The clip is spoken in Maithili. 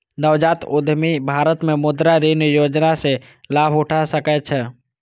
नवजात उद्यमी भारत मे मुद्रा ऋण योजना सं लाभ उठा सकै छै